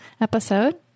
episode